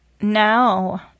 now